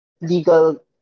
legal